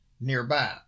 nearby